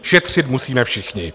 Šetřit musíme všichni.